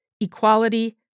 equality